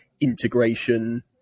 integration